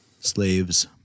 slaves